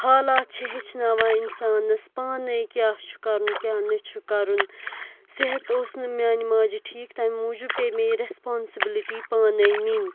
حالات چھِ ہیٚچھناوان اِنسانَس پانَے کیٛاہ چھُ کَرُن کیٛاہ نہٕ چھُ کَرُن صحت اوس نہٕ میٛانہِ ماجہٕ ٹھیٖک تَمہِ موٗجوٗب پے مےٚ یہِ رٮ۪سپانسٕبٕلٹی پانَے نِنۍ